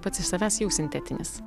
pats iš savęs jau sintetinis